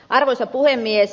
arvoisa puhemies